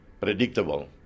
predictable